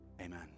Amen